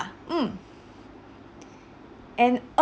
mm and oh